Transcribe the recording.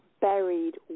buried